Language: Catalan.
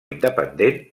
independent